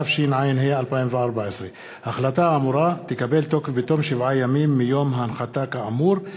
התשע"ה 2014. ההחלטה האמורה תקבל תוקף בתום שבעה ימים מיום הנחתה כאמור,